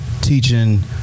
teaching